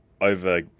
over